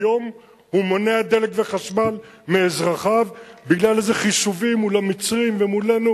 היום הוא מונע דלק וחשמל מאזרחיו בגלל איזה חישובים מול המצרים ומולנו.